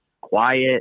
quiet